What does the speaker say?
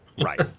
right